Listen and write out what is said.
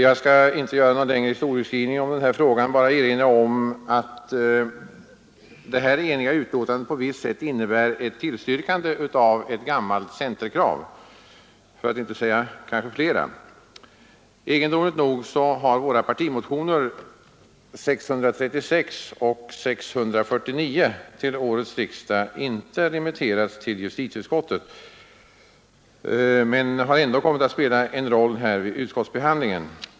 Jag skall inte göra någon längre historieskrivning om den här frågan, bara erinra om att detta eniga betänkande på visst sätt innebär ett tillstyrkande av ett gammalt centerkrav, för att inte säga flera. Egendomligt nog har våra partimotioner 636 och 649 till årets riksdag inte remitterats till justitieutskottet, men de har ändå kommit att spela en roll vid utskottsbehandlingen.